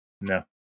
No